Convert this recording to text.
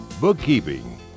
bookkeeping